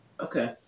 Okay